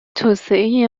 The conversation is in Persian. توسعه